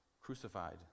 crucified